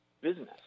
business